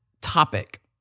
topic